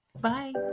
bye